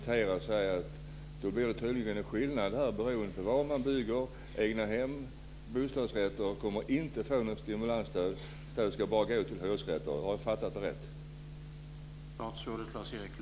Herr talman! Då blir det tydligen en skillnad här beroende på vad man bygger. Byggandet av egnahem och bostadsrätter kommer inte att få något stimulansstöd, utan det ska bara gå till byggandet av hyresrätter. Har jag uppfattat det rätt?